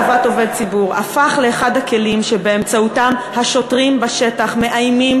ציבור הפך לאחד הכלים שבאמצעותם השוטרים בשטח מאיימים